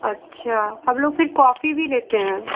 अच्छा हम लोग फिर कॉफ़ी भी लेते हैं